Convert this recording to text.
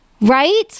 Right